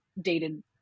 dated